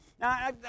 Now